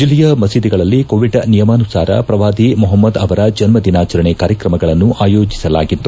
ಜಿಲ್ಲೆಯ ಮಸೀದಿಗಳಲ್ಲಿ ಕೋವಿಡ್ ನಿಯಮಾನುಸಾರ ಪ್ರವಾದಿ ಮಹಮ್ನದ್ ಅವರ ಜನ್ನ ದಿನಾಚರಣೆ ಕಾರ್ಯಕ್ರಮಗಳನ್ನು ಆಯೋಜಸಲಾಗಿತ್ತು